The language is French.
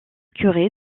curé